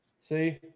See